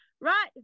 right